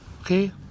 Okay